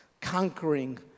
Conquering